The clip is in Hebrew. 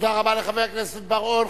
תודה רבה לחבר הכנסת בר-און.